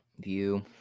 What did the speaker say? View